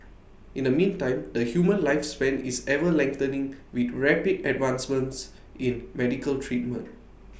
in the meantime the human lifespan is ever lengthening with rapid advancements in medical treatment